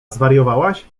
zwariowałaś